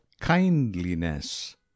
kindliness